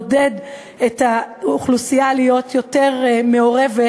מעודד את האוכלוסייה להיות יותר מעורבת